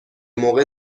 موقع